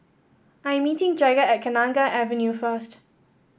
I'm meeting Jagger at Kenanga Avenue first